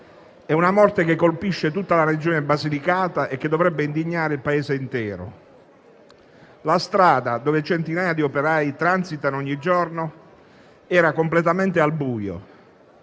È una morte che colpisce tutta la Regione Basilicata e che dovrebbe indignare il Paese intero. La strada su cui centinaia di operai transitano ogni giorno era completamente al buio.